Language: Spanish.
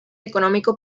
económico